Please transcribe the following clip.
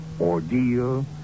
ordeal